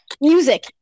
music